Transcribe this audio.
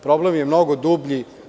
Problem je mnogo dublji.